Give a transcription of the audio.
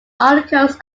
articles